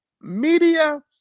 Media